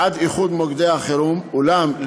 אולם,